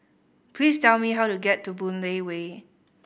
please tell me how to get to Boon Lay Way